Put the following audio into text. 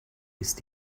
ist